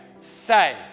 say